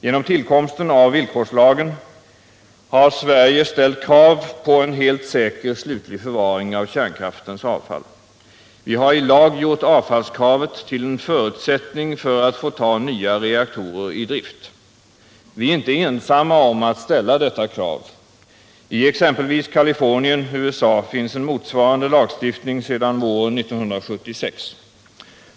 Genom tillkomsten av villkorslagen har Sverige ställt krav på en helt säker slutlig förvaring av kärnkraftens avfall. Vi har i lag gjort avfallskravet till en förutsättning för att få ta nya reaktorer i drift. Vi är inte ensamma om att ställa detta krav. I exempelvis Californien, USA, finns en motsvarande lagstiftning sedan våren 1976.